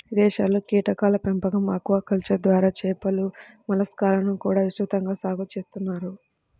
ఇదేశాల్లో కీటకాల పెంపకం, ఆక్వాకల్చర్ ద్వారా చేపలు, మలస్కాలను కూడా విస్తృతంగా సాగు చేత్తన్నారు